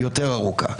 היא יותר ארוכה.